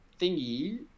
thingy